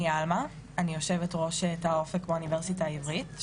אני עלמה ואני יושבת ראש של "תא אופק" באוניברסיטה העברית,